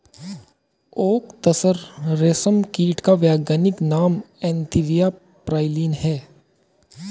okay तसर रेशम कीट का वैज्ञानिक नाम एन्थीरिया प्राइलीन है